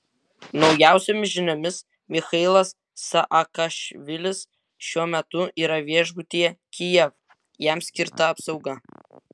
naujausiomis žiniomis michailas saakašvilis šiuo metu yra viešbutyje kijev jam skirta apsauga